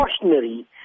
cautionary